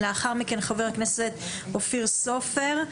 חבר הכנסת אופיר סופר,